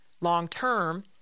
long-term